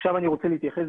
עכשיו אני רוצה להתייחס,